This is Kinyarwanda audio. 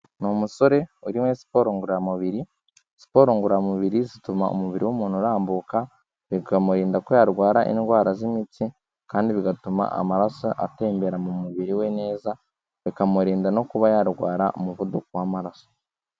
Ni umusore uri muri siporo ngoramubiri, siporo ngoramubiri zituma umubiri w'umuntu urambuka, bikamurinda ko yarwara indwara z'imitsi kandi bigatuma amaraso atembera mu mubiri we neza, bikamurinda no kuba yarwara umuvuduko w'amaraso.